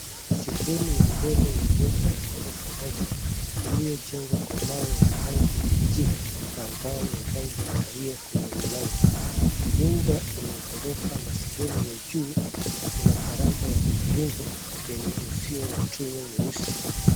Sehemu ya mbele ya nyumba ya gorofa moja iliyojengwa kwa mawe ya rangi ya kijivu na mbao ya rangi ya kahawia kwenye mlango. Nyumba ina gorofa la sehemu ya juuu, ina veranda ya mviringo yenye uzio wa chuma mweusi.